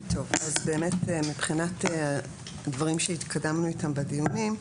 מבחינת הדברים שהתקדמנו איתם בדיונים,